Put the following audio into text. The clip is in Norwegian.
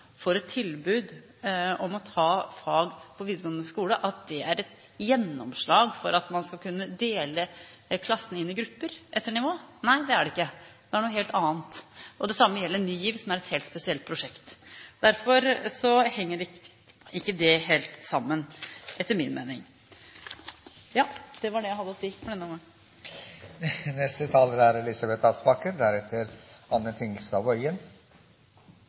et tilbud om å ta fag på videregående skole, er et gjennomslag for at man skal kunne dele klassen inn i grupper etter nivå. Nei, det er det ikke – det er noe helt annet. Det samme gjelder Ny GIV, som er et helt spesielt prosjekt. Derfor henger ikke det helt sammen etter min mening. – Det var det jeg hadde å si i denne omgang. Dette har vært debatten der regjeringspartiene har gått som katta rundt grøten, og deretter